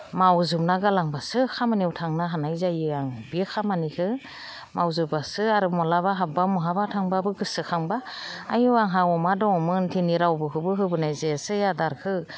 मावजोबना गालांबासो खामानियाव थांनो हानाय जायो आं बे खामानिखौ मावजोब्बासो आरो माब्लाबा हाबोबा बहाबा थांबाबो गोसोखांबा आयु आंहा अमा दंमोन दिनै रावबोखौबो होबोनाय जायासै आदारखौ